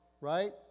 right